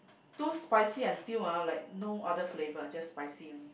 too spicy until ah like no other flavour just spicy only